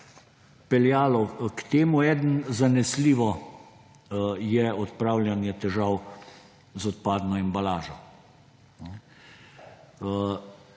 peljalo k temu. Eden zanesljivo je odpravljanje težav z odpadno embalažo.